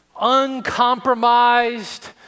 uncompromised